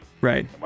Right